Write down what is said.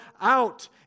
out